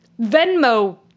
Venmo